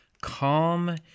calm